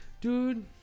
Dude